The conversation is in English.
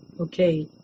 Okay